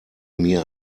mir